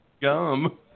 gum